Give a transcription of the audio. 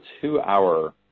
two-hour